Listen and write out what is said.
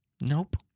Nope